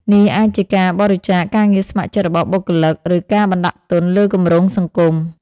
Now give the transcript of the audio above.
នេះអាចជាការបរិច្ចាគ ការងារស្ម័គ្រចិត្តរបស់បុគ្គលិក ឬការបណ្តាក់ទុនលើគម្រោងសង្គម ។